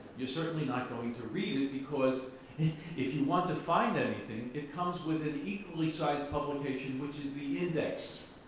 you're certainly not going to read it because if you want to find anything, it comes with an equally sized publication, which is the index,